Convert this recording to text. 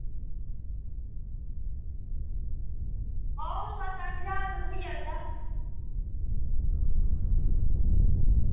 आं सत्त अट्ठ ज्हार ते थ्होई जंदा